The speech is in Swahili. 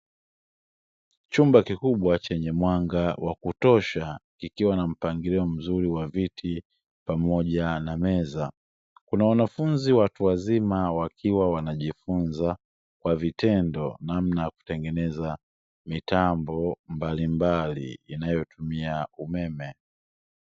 Chumba kikubwa, chenye mwanga wa kutosha, kikiwa na mpangilio mzuri wa viti pamoja na meza. Kuna wanafunzi watu wazima, wakiwa wanajifunza kwa vitendo namna ya kutengeneza mitambo mbalimbali inayotumia umeme